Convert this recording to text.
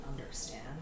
understand